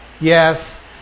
yes